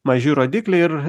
maži rodikliai ir